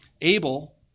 Abel